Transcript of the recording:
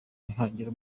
ntihagira